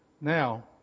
Now